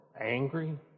angry